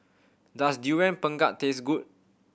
does Durian Pengat taste good